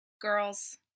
Girls